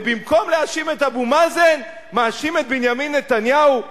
ובמקום להאשים את אבו מאזן מאשים את בנימין נתניהו.